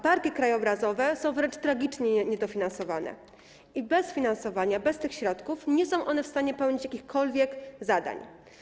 Parki krajobrazowe są wręcz tragicznie niedofinansowane i bez finansowania, bez tych środków nie są w stanie wypełniać jakichkolwiek zadań.